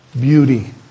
beauty